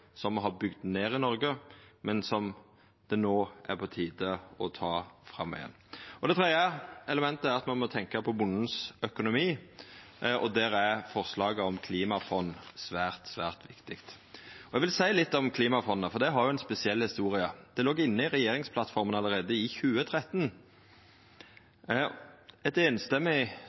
som me har bygd ned i Noreg, men som det no er på tide å ta fram igjen. Det tredje elementet er at me må tenkja på bondens økonomi, og der er forslaget om klimafond svært, svært viktig. Eg vil seia litt om klimafondet, for det har ei spesiell historie. Det låg inne i regjeringsplattforma allereie i 2013. Eit